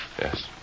Yes